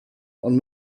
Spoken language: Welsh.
ond